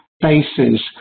bases